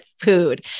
food